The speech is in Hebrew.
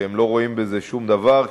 שהם לא רואים בזה שום דבר,